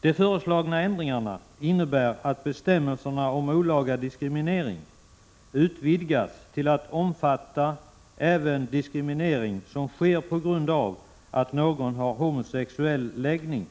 De föreslagna ändringarna innebär att bestämmelserna om olaga diskriminering utvidgas till att omfatta även diskriminering som sker på grund av att någon har homosexuell läggning